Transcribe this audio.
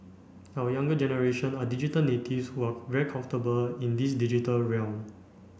our younger generation are digital natives who are very comfortable in this digital realm